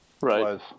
Right